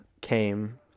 came